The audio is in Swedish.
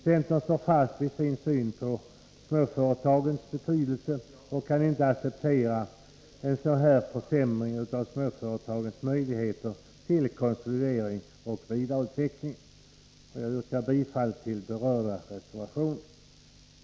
Centern står fast vid sin syn på småföretagens betydelse och kan inte acceptera en sådan här försämring av småföretagens möjligheter till konsolidering och vidareutveckling. Jag yrkar bifall till berörda reservationer.